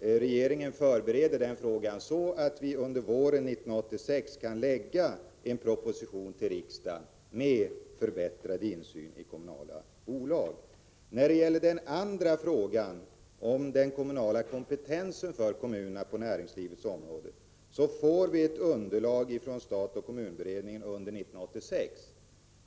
regeringen förbereder den frågan och avser att under våren 1986 lägga fram en proposition för riksdagen om förbättrad insyn i kommunala bolag. Den andra frågan gäller den kommunala kompetensen för kommunerna på näringslivets område. Under 1986 får vi ett underlag från stat-kommunberedningen i den frågan.